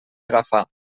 agafar